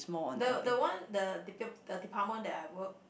the the one the depa~ department that I work